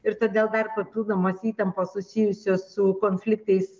ir todėl dar papildomos įtampos susijusios su konfliktais